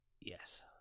Yes